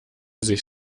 sich